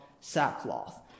sackcloth